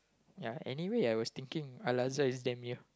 ya anyway I was thinking Al-Azhar is the near